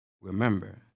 Remember